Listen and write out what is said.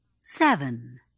Seven